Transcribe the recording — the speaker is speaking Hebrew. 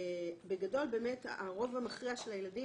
בגדול באמת הרוב המכריע של הילדים,